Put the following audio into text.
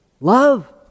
Love